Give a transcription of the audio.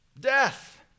Death